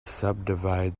subdivide